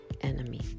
enemy